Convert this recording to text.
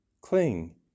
cling